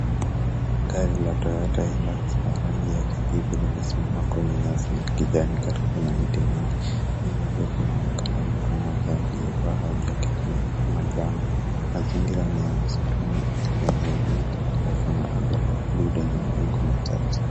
Gari la Toyota Hilux la rangi ya kijivu limesimama kwenye nyasi za kijani karibu na miti mingi. Nyuma yake kunaonekana mtu mmoja aliyevaa jaketi ya manjano. Mazingira ni ya msituni wenye miti mirefu na anga la bluu lenye mawingu machache.